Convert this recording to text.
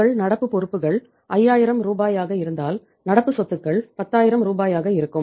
உங்கள் நடப்பு பொறுப்புகள் 5000 ரூபாயாக இருந்தால் நடப்பு சொத்துக்கள் 10000 ரூபாயாக இருக்கும்